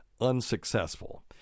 unsuccessful